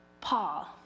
Paul